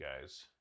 guys